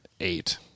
eight